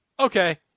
Okay